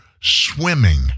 swimming